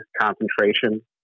concentration